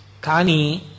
Kani